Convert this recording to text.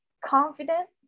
confident